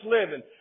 living